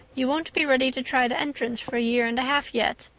you won't be ready to try the entrance for a year and a half yet.